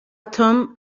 توم